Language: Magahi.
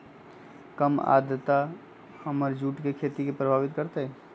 कम आद्रता हमर जुट के खेती के प्रभावित कारतै?